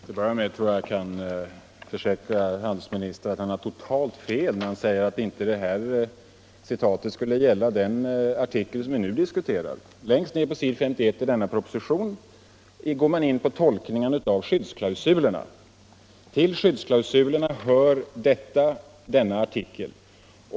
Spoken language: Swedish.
Herr talman! Till att börja med kan jag försäkra handelsministern att han har totalt fel när han säger att citatet inte skulle gälla den artikel som vi nu diskuterar. Längst ner på s. 51 i propositionen går man in på tolkningen av skyddsklausulerna. Till skyddsklausulerna hör denna artikel.